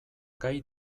gai